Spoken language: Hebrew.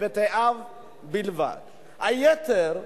אדוני היושב-ראש,